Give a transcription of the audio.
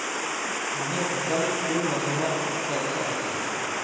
धानेर फसल कुन मोसमोत सबसे अच्छा होचे?